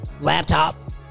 laptop